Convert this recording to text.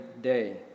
day